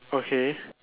okay